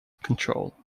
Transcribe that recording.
control